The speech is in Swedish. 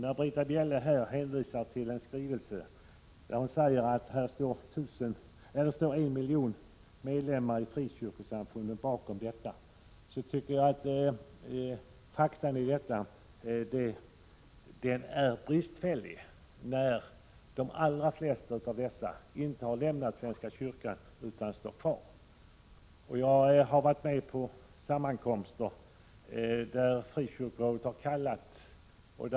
När Britta Bjelle hänvisar till en skrivelse och säger att en miljon medlemmar i frikyrkliga samfund står bakom förslaget är det bristfälliga fakta, eftersom de allra flesta av dessa personer inte har lämnat svenska kyrkan. Jag var med på en sammankomst som frikyrkorådet kallat till.